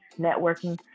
networking